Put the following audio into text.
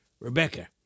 Rebecca